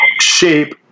shape